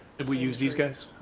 that we use these guys?